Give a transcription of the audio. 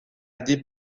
des